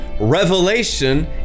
Revelation